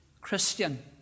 Christian